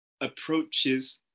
approaches